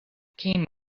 came